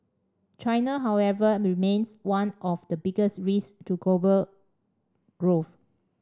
China however remains one of the biggest risks to global growth